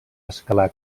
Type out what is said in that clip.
escalar